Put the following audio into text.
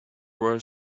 were